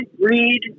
read